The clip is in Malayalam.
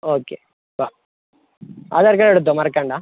ഓക്കെ ആ ആധാർ കാർഡ് എടുത്തോ മറക്കണ്ട